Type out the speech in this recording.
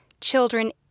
Children